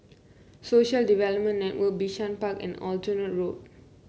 Social Development Network Bishan Park and Aljunied Road